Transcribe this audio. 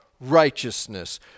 righteousness